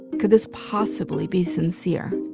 could this possibly be sincere?